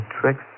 tricks